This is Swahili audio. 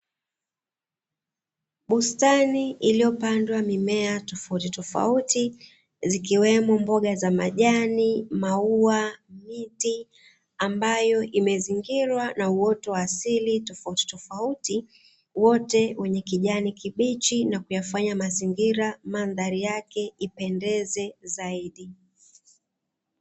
Bustani iliyopandwa mimea tofautitofauti, zikiwemo: mboga za majani, maua, miti ambayo imezingirwa na uoto wa asili tofautitofauti, wote wenye kijani kibichi na kuyafanya mazingira mandhari yake ipendeze zaidi.